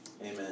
Amen